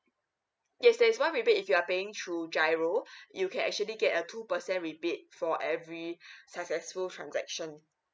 yes that is why rebate if you are paying through giro you can actually get a two percent rebate for every successful transaction